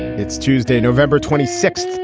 it's tuesday, november twenty six,